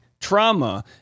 trauma